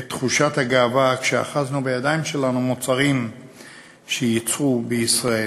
את תחושת הגאווה כשאחזנו בידיים שלנו מוצרים שיוצרו בישראל.